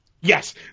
Yes